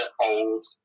old